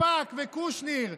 שפק וקושניר,